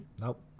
Nope